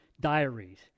diaries